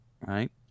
Right